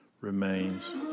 remains